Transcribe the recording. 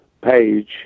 page